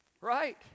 Right